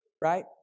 right